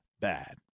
bad